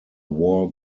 war